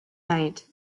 night